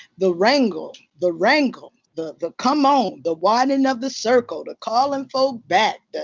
the wrangle. the wrangle. the the come on. the widening of the circle. the calling folk back. the.